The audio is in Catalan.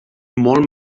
molt